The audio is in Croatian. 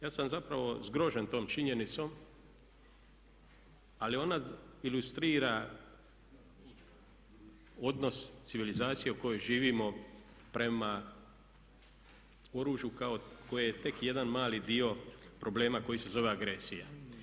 Ja sam zapravo zgrožen tom činjenicom ali ona ilustrira odnos civilizacije u kojoj živimo prema oružju koje je tek jedan mali dio problema koji se zove agresija.